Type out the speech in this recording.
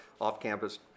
off-campus